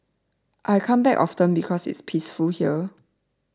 I come back often because it's peaceful here